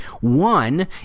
One